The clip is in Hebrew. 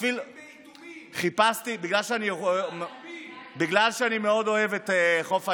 שטפו הרבה כלים, בגלל שאני מאוד אוהב את חוף הים,